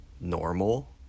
normal